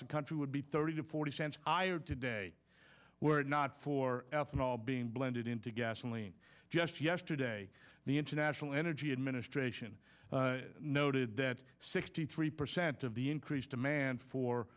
the country would be thirty to forty cents higher today were it not for ethanol being blended into gasoline just yesterday the international energy administration noted that sixty three percent of the increased demand for